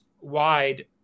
wide